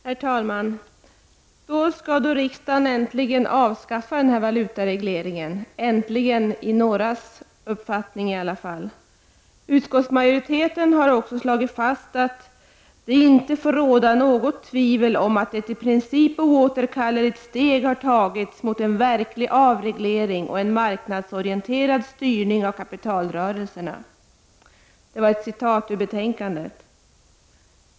Herr talman! Så skall riksdagen äntligen avskaffa valutaregleringen, äntligen enligt någras uppfattning. Utskottet slår fast ”att det inte får råda något tvivel om att ett i princip oåterkalleligt steg har tagits mot en verklig avreglering och en marknadsorienterad styrning av kapitalrörelserna”.